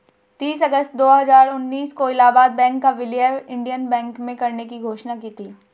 तीस अगस्त दो हजार उन्नीस को इलाहबाद बैंक का विलय इंडियन बैंक में करने की घोषणा की थी